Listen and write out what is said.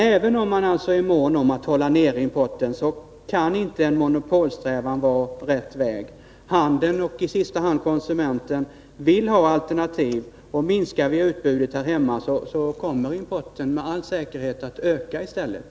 Även om man alltså är mån om att hålla nere importen kan inte en monopolsträvan vara rätt väg. Handeln, och i sista hand konsumenten, vill ha alternativ, och minskar vi utbudet här hemma kommer importen med all säkerhet att öka i stället.